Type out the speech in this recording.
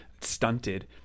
stunted